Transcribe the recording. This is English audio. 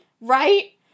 Right